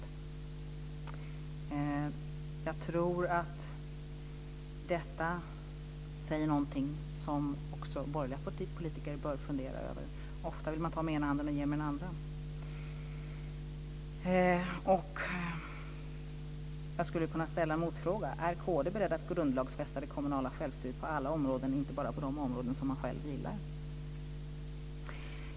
Jag tror att detta säger någonting som också borgerliga politiker bör fundera över. Ofta vill man ta med ena handen och ge med den andra. Jag skulle kunna ställa en motfråga. Är kristdemokraterna beredda att grundlagsfästa det kommunala självstyret på alla områden och inte bara på de områden som de själva gillar?